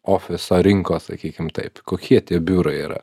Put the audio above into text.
ofiso rinkos sakykim taip kokie tie biurai yra